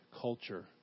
culture